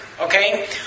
Okay